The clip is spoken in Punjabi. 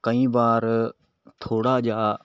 ਕਈ ਵਾਰ ਥੋੜ੍ਹਾ ਜਿਹਾ